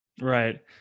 Right